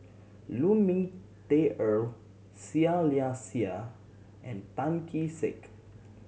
Lu Ming Teh Earl Seah Liang Seah and Tan Kee Sek